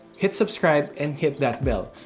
hit subscribe, and hit that bell.